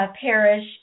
Parish